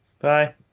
bye